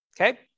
okay